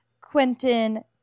Quentin